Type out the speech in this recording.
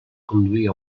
conduir